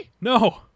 no